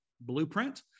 blueprint